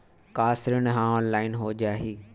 का ऋण ह ऑनलाइन हो जाही?